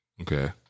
Okay